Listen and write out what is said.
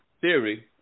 theory